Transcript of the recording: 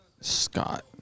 Scott